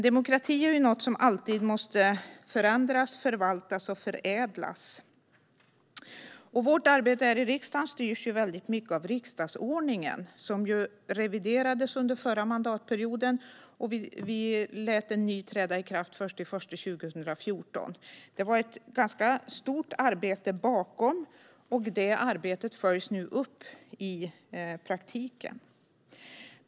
Demokrati är dock något som alltid måste förändras, förvaltas och förädlas. Vårt arbete här i riksdagen styrs mycket av riksdagsordningen, som reviderades under den förra mandatperioden. Vi lät en ny träda i kraft den 1 januari 2014. Det låg ett stort arbete bakom, som nu följs upp i praktiken.